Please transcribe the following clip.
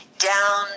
...down